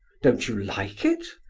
don't you like it?